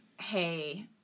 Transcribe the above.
hey